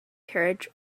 carriage